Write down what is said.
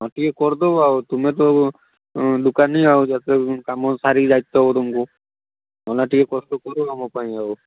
ହଁ ଟିକିଏ କରିଦେବ ଆଉ ତୁମେ ତ ଅଁ ଦୋକାନୀ ଆଉ ଯେତେବେଳେ କାମ ସାରିକି ଯାଇତେ ହବ ତମକୁ ଭାଇନା ଟିକିଏ କଷ୍ଟକର ମୋ ପାଇଁ ଆଉ